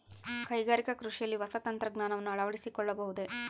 ಕೈಗಾರಿಕಾ ಕೃಷಿಯಲ್ಲಿ ಹೊಸ ತಂತ್ರಜ್ಞಾನವನ್ನ ಅಳವಡಿಸಿಕೊಳ್ಳಬಹುದೇ?